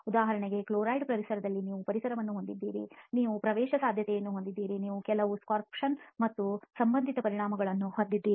ಉದಾಹರಣೆಗೆ ಕ್ಲೋರೈಡ್ ಪರಿಸರದಲ್ಲಿ ನೀವು ಪ್ರಸರಣವನ್ನು ಹೊಂದಿರುತ್ತೀರಿ ನೀವು ಪ್ರವೇಶಸಾಧ್ಯತೆಯನ್ನು ಹೊಂದಿರುತ್ತೀರಿ ನೀವು ಕೆಲವು ಸೋರ್ಪ್ಶನ್ ಮತ್ತು ಸಂಬಂಧಿತ ಪರಿಣಾಮಗಳನ್ನು ಹೊಂದಿರುತ್ತೀರಿ